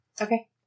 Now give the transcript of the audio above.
Okay